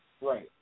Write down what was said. Right